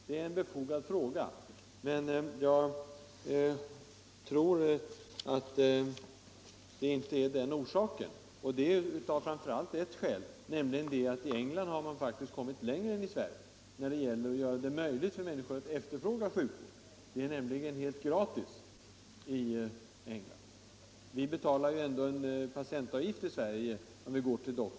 Det är en befogad fråga, men jag tror inte att 22 maj 1975 orsaken är den angivna, framför allt av ett skäl, nämligen att man i England faktiskt har kommit längre än i Sverige när det gäller att göra Utbyggnad av det möjligt för människor att efterfråga sjukvård. Sjukvården är helt gratis hälsooch sjukvård, i England. Vi betalar ändå en patientavgift i Sverige om vi går till doktorn.